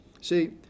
See